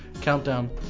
Countdown